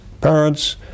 parents